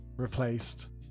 Replaced